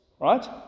Right